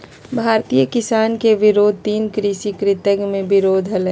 भारतीय किसान के विरोध तीन कृषि कृत्य के विरोध हलय